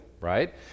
right